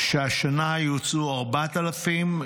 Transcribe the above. שהשנה יוצאו 4,800,